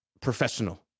professional